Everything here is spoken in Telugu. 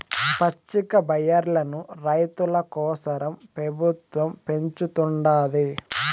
పచ్చికబయల్లను రైతుల కోసరం పెబుత్వం పెంచుతుండాది